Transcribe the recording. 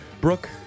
brooke